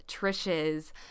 Trish's